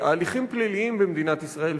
ההליכים הפליליים במדינת ישראל,